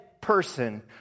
person